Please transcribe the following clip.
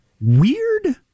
weird